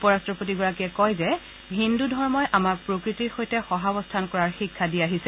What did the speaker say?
উপ ৰাট্টপতিগৰাকীয়ে কয় যে হিন্দু ধৰ্মই আমাক প্ৰকৃতিৰ সৈতে সহাৰস্থান কৰাৰ শিক্ষা দি আহিছে